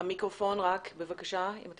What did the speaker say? לבקשת